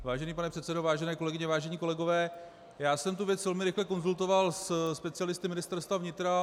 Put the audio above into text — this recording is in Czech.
Vážený pane předsedo, vážené kolegyně, vážení kolegové, já jsem tu věc velmi rychle konzultoval se specialisty Ministerstva vnitra.